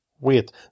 wait